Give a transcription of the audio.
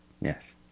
Yes